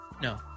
No